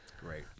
great